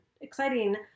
exciting